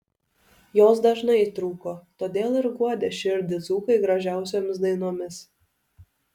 jos dažnai trūko todėl ir guodė širdį dzūkai gražiausiomis dainomis